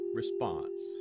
response